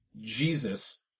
Jesus